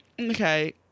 okay